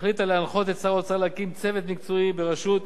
החליטה להנחות את שר האוצר להקים צוות מקצועי בראשות